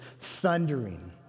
thundering